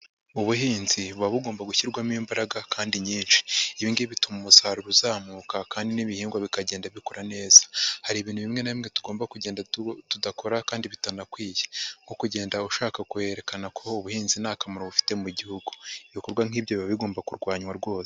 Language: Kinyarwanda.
Ubuhinzi buba bugomba gushyirwamo imbaraga kandi nyinshi ibi ngibi bituma umusaruro uzamuka kandi n'ibihingwa bikagenda bikura neza, hari ibintu bimwe na bimwe tuba tugomba kugenda tudakora kandi bitanakwiye nko kugenda ushaka kwerekana ko ubuhinzi nta kamaro bufite mu Gihugu, ibikorwa nk'ibi biba bigomba kurwanywa rwose.